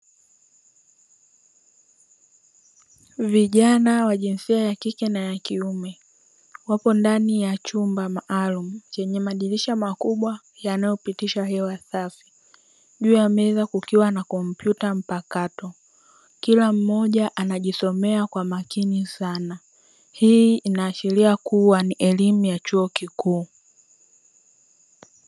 Vijana wa jinsia ya kike na ya kiume wapo ndani ya chumba maalumu chenye madirisha makubwa yanayopitisha hewa safi. Juu ya meza kukiwa na kompyuta mpakato, kila mmoja anajisomea kwa makini sana, hii inaashiria kuwa ni elimu ya chuo kikuu.